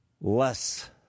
less